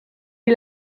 est